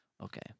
Okay